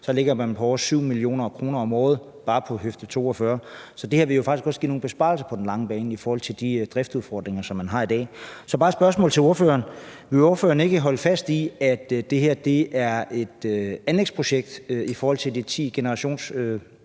nu, ligger det på over 7 mio. kr. om året bare på høfde 42. Så det her vil jo faktisk også give nogle besparelser på den lange bane i forhold til de driftudfordringer, som man har i dag. Så mit spørgsmål til ordføreren er bare: Vil ordføreren ikke holde fast i, at det er et anlægsprojekt, hvad angår de ti generationsforureninger,